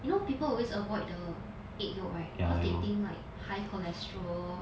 you know people always avoid the egg yolk right cause they think high cholesterol